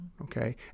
okay